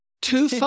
two